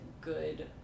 good